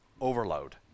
overload